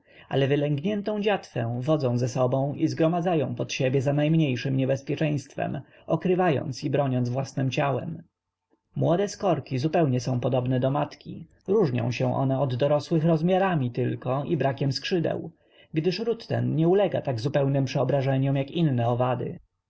ale wylęgniętą dziatwę wodzą za sobą i zgromadzają pod siebie za najmniejszem niebezpieczeństwem okrywając i broniąc własnem ciałem młode skorki zupełnie są podobne do matki różnią się one od dorosłych rozmiarami tylko i brakiem skrzydeł gdyż ród ten nie ulega tak zupełnym przeobrażeniom jak inne owady